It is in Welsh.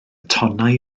tonnau